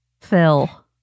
Phil